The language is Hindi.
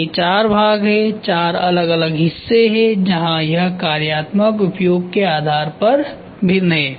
ये चार भाग हैं चार अलग अलग हिस्से हैं जहां यह कार्यात्मक उपयोग के आधार पर भिन्न है